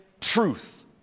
truth